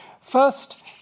First